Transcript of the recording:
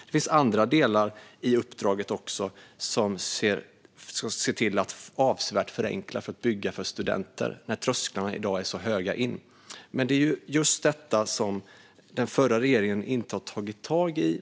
Det finns även andra delar i uppdraget som syftar till att avsevärt förenkla att bygga för studenter, där trösklarna in i dag är så höga. Det är just detta som den förra regeringen inte har tagit tag i.